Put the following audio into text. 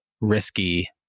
risky